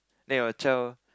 then your child